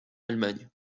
allemagne